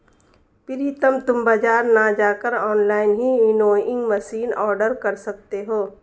प्रितम तुम बाजार ना जाकर ऑनलाइन ही विनोइंग मशीन ऑर्डर कर सकते हो